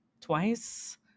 Twice